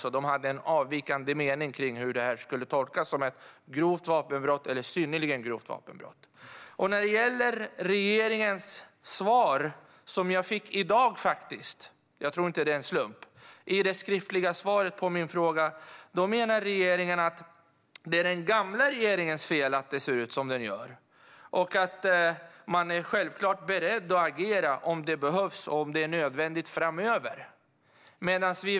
De hade alltså en avvikande mening om hur detta skulle tolkas: som ett grovt vapenbrott eller ett synnerligen grovt vapenbrott. När det gäller regeringens skriftliga svar på min fråga - som jag fick i dag, vilket jag inte tror är en slump - menar regeringen att det är den gamla regeringens fel att det ser ut som det gör. Man säger att man självklart är beredd att agera om det behövs framöver.